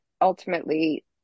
ultimately